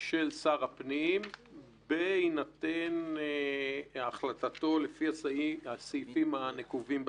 של שר הפנים בהינתן החלטתו לפי הסעיפים הנקובים בסעיף: